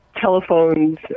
telephones